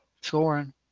scoring